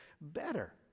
better